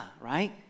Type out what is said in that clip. right